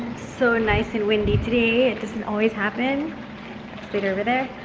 so nice and windy today, it doesn't always happen slater over there.